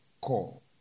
call